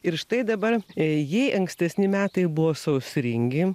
ir štai dabar jei ankstesni metai buvo sausringi